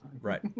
Right